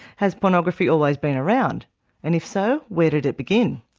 has pornography always been around and, if so, where did it begin?